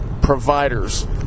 providers